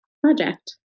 project